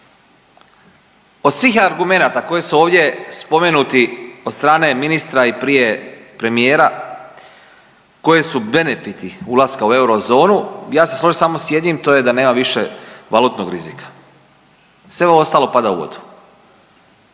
Od svih argumenata koji su ovdje spomenuti od strane ministra i prije premijera koji su benefiti ulaska u eurozonu ja ću se složiti samo sa jednim to je da nema više valutnog rizika, sve ovo ostalo pada u vodu.